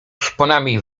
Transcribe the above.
szponami